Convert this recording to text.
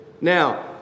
Now